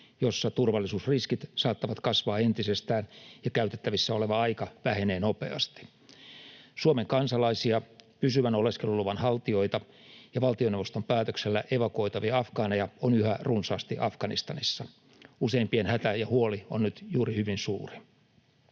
jossa turvallisuusriskit saattavat kasvaa entisestään ja käytettävissä oleva aika vähenee nopeasti. Suomen kansalaisia, pysyvän oleskeluluvan haltijoita ja valtioneuvoston päätöksellä evakuoitavia afgaaneja on yhä runsaasti Afganistanissa. Useimpien hätä ja huoli on nyt juuri hyvin suuri.